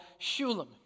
Shulam